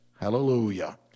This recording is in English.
Hallelujah